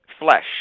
flesh